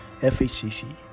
FHCC